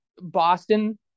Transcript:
Boston